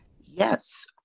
Yes